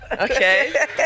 Okay